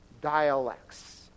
dialects